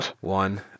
one